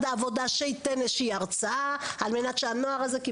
העבודה על מנת שהנוער הזה יכיר את זכויותיו.